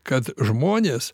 kad žmonės